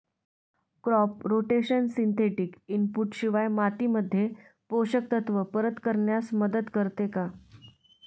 Crop rotation synthetic input शिवाय मातीमध्ये पोषक तत्त्व परत करण्यास मदत करते का?